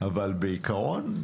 אבל בעיקרון,